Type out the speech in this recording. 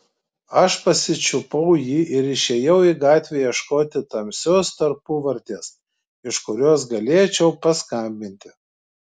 aš pasičiupau jį ir išėjau į gatvę ieškoti tamsios tarpuvartės iš kurios galėčiau paskambinti